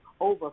over